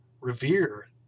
revere